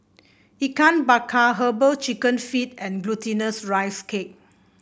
Ikan Bakar herbal chicken feet and Glutinous Rice Cake